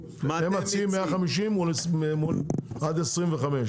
אתם מציעים 150 מול עד 25,